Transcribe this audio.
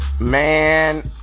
Man